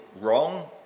wrong